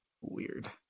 weird